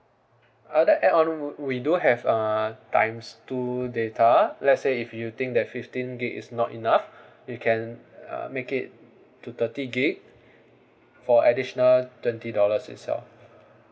uh that add on we do have uh times two data let's say if you think that fifteen day is not enough you can uh make it to thirty gigabytes for additional twenty dollars itself